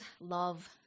love